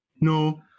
No